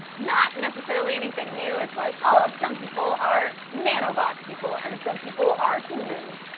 not necessarily anything new. it's like oh, some people are. nanobot-people, and some people are humans,